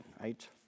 right